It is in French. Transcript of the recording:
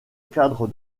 cadre